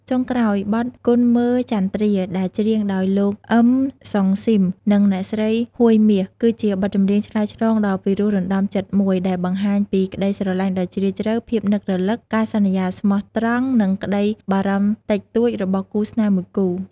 ចុងក្រោយ បទ គន់មើលចន្ទ្រា ដែលច្រៀងដោយលោក អ៊ឹម សុងសឺម និងអ្នកស្រី ហួយ មាស គឺជាបទចម្រៀងឆ្លើយឆ្លងដ៏ពីរោះរណ្តំចិត្តមួយ ដែលបង្ហាញពី ក្តីស្រឡាញ់ដ៏ជ្រាលជ្រៅ ភាពនឹករលឹក ការសន្យាស្មោះត្រង់ និងក្តីបារម្ភតិចតួច របស់គូស្នេហ៍មួយគូ។